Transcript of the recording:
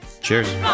Cheers